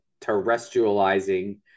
terrestrializing